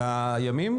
של הימים?